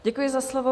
Děkuji za slovo.